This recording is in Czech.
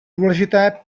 důležité